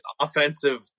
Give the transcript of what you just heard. offensive